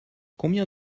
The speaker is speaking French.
combien